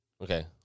Okay